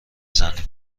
زنیم